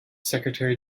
secretary